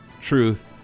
Truth